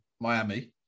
Miami